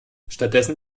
stattdessen